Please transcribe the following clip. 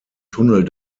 tunnel